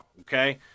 okay